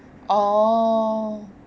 orh